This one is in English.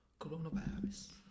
coronavirus